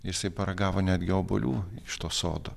jisai paragavo netgi obuolių iš to sodo